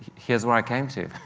here's where i came to.